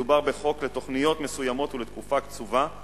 מדובר בחוק לתוכניות מסוימות ולתקופה קצובה,